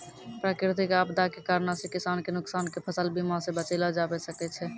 प्राकृतिक आपदा के कारणो से किसान के नुकसान के फसल बीमा से बचैलो जाबै सकै छै